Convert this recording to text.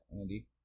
Andy